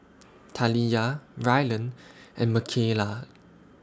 Taliyah Rylan and Makayla